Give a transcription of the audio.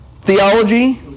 theology